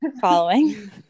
following